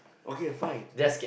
okay fine